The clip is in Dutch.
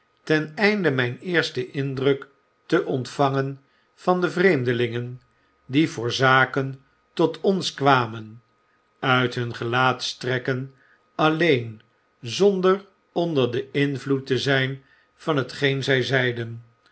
ten einde mijn eersten indruk te ontvangen van de vreemdelingen die voor zaken tot ons kwamen uit hun gelaatstrekken alleen zonder onder den invloed te zijn van hetgeen zij zeiden